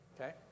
Okay